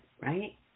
right